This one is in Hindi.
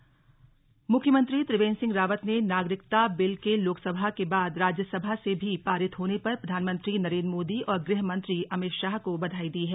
नागरिकता संशोधन बिल मुख्यमंत्री त्रिवेन्द्र सिंह रावत ने नागरिकता बिल के लोकसभा के बाद राज्यसभा से भी पारित होने पर प्रधानमंत्री नरेन्द्र मोदी और गृह मंत्री अमित शाह को बधाई दी है